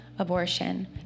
abortion